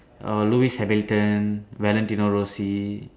err Lewis Hamilton Valentino Rossi